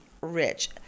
rich